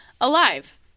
alive